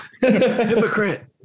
Hypocrite